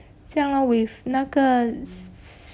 这样 lor with 那个